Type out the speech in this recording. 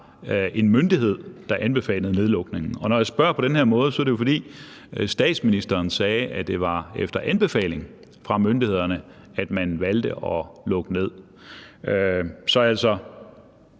en myndighed, der anbefalede nedlukningen? Når jeg spørger på den måde, er det jo, fordi statsministeren sagde, at det var efter anbefaling fra myndighederne, at man valgte at lukke ned. Så mit